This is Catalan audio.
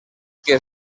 que